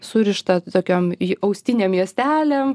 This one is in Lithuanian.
surišta tokiom austinėm juostelėm